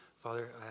Father